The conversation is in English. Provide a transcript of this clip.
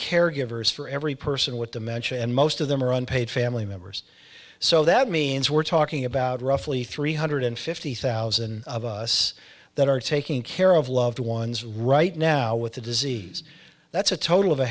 caregivers for every person with dementia and most of them are unpaid family members so that means we're talking about roughly three hundred fifty thousand of us that are taking care of loved ones right now with a disease that's a total of a